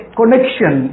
connection